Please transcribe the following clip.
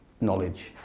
knowledge